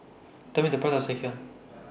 Tell Me The Price of Sekihan